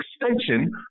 extension